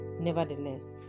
Nevertheless